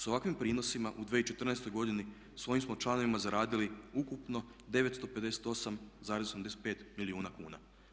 S ovakvim prinosima u 2014. godini svojim smo članovima zaradili ukupno 958,85 milijuna kuna.